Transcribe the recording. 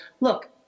look